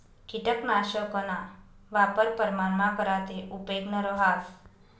किटकनाशकना वापर प्रमाणमा करा ते उपेगनं रहास